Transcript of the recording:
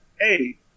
hey